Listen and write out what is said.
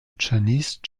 chinese